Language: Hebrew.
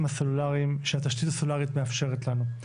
הסלולריים שהתשתית הסלולרית מאפשרת לנו.